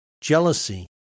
jealousy